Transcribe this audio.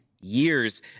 Years